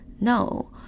no